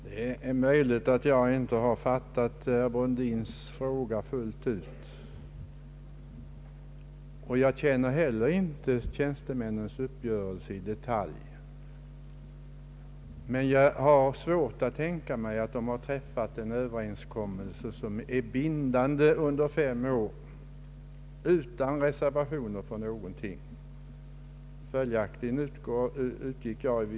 Herr talman! Det är möjligt att jag inte riktigt har fattat herr Brundins fråga, och jag känner heller inte till tjänstemännens uppgörelse i detalj. Men jag har svårt att tänka mig att de har träffat en överenskommelse som är bindande under fem år utan reservationer för någonting.